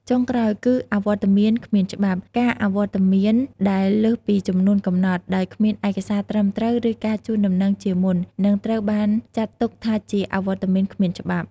ចុងក្រោយគឺ អវត្តមានគ្មានច្បាប់ ការអវត្តមានដែលលើសពីចំនួនកំណត់ ដោយគ្មានឯកសារត្រឹមត្រូវ ឬការជូនដំណឹងជាមុន នឹងត្រូវបានចាត់ទុកថាជា អវត្តមានគ្មានច្បាប់។